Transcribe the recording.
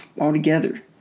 altogether